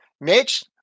Mitch